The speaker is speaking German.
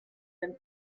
den